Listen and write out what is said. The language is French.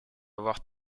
avoir